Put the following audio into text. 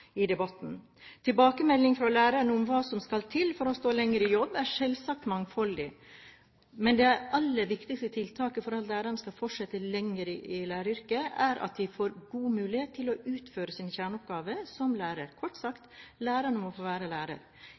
i debatten. Tilbakemeldingene fra lærere om hva som skal til for å stå lenger i jobb, er selvsagt mangfoldige, men det aller viktigste tiltaket for at lærere skal fortsette lenger i læreryrket, er at de får god mulighet til å utføre sine kjerneoppgaver som lærere. Kort sagt: Lærerne må få være